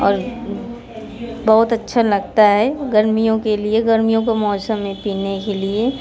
और बहुत अच्छा लगता है गर्मियों के लिए गर्मियों के मौसम में पीने के लिए